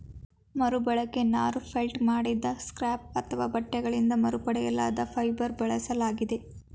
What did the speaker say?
ಮರುಬಳಕೆ ನಾರು ಫೆಲ್ಟ್ ಮಾಡಿದ ಸ್ಕ್ರ್ಯಾಪ್ ಅಥವಾ ಬಟ್ಟೆಗಳಿಂದ ಮರುಪಡೆಯಲಾದ ಫೈಬರ್ ಬಳಸಿದಾಗಿದೆ